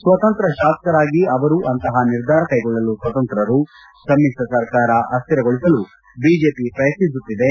ಸ್ವತಂತ್ರ ಶಾಸಕರಾಗಿ ಅವರು ಅಂಥ ನಿರ್ಧಾರ ಕೈಗೊಳ್ಳಲು ಸ್ವತಂತ್ರರು ಸಮಿತ್ರ ಸರ್ಕಾರ ಅಸ್ಕಿರಗೊಳಿಸಲು ಬಿಜೆಪಿ ಪ್ರಯತ್ನಿಸುತ್ತಿದೆ